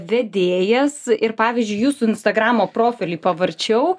vedėjas ir pavyzdžiui jūsų instagramo profilį pavarčiau